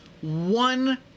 one